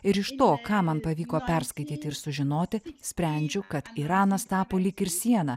ir iš to ką man pavyko perskaityti ir sužinoti sprendžiu kad iranas tapo lyg ir siena